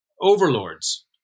overlords